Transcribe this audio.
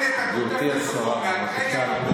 היית גם אותי שואלת.